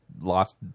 Lost